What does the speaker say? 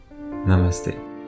Namaste